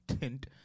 tint